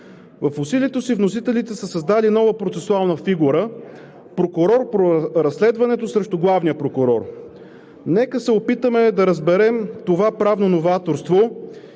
В усилието си вносителите са създали нова процесуална фигура – прокурор по разследването срещу главния прокурор. Нека се опитаме да разберем това правно новаторство